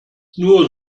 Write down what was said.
nur